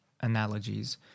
analogies